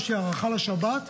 יש לי הערכה לשבת,